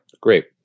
Great